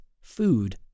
food